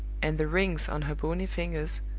and the rings on her bony fingers,